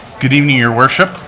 good evening, your worship,